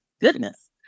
goodness